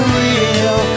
real